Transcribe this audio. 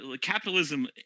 capitalism